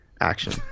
action